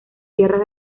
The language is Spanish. tierras